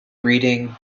reading